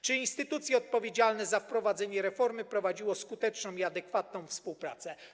Czy instytucje odpowiedzialne za wprowadzenie reformy prowadziły skuteczną i adekwatną współpracę?